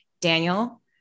Daniel